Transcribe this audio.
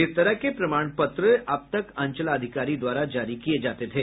इस तरह के प्रमाण पत्र अब तक अंचलाधिकारी द्वारा जारी किये जाते थे